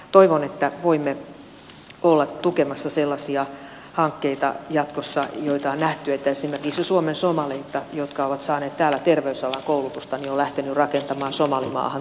toivon että voimme olla tukemassa jatkossa sellaisia hankkeita joissa on nähty että esimerkiksi suomen somalit jotka ovat saaneet täällä terveysalan koulutusta ovat lähteneet rakentamaan somalimaahan terveydenhuoltojärjestelmää